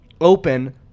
open